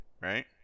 right